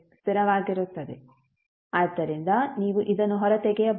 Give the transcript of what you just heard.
ಆದ್ದರಿಂದ ನೀವು ಇದನ್ನು ಹೊರತೆಗೆಯಬಹುದು